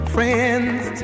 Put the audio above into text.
Friends